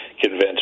convinced